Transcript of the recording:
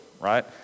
right